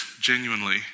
genuinely